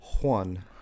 Juan